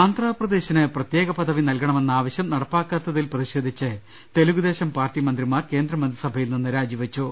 ആന്ധ്രാപ്രദേശിന് പ്രത്യേക പദവി നൽകണമെന്ന് ആവശ്യം നട പ്പാക്കാത്തതിൽ പ്രതിഷേധിച്ച് തെലുങ്കുദേശം പാർട്ടി മന്ത്രിമാർ കേന്ദ്രമ ന്ത്രിസഭയിൽനിന്ന് രാജിവെച്ചു